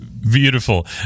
Beautiful